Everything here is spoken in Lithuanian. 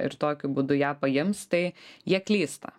ir tokiu būdu ją paims tai jie klysta